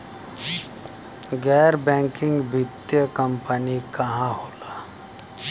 गैर बैकिंग वित्तीय कंपनी का होला?